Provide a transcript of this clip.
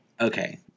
Okay